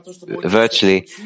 virtually